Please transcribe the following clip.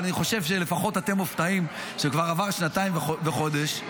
אבל אני חושב שלפחות אתם מופתעים שכבר עברו שנתיים וחודש.